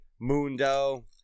Mundo